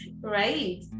Right